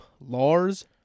Lars